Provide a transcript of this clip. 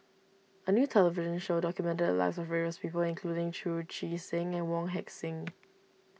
a new television show documented the lives of various people including Chu Chee Seng and Wong Heck Sing